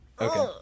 Okay